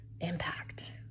impact